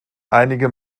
einige